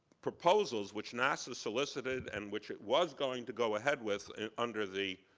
proposals, which nasa solicited, and which it was going to go ahead with under the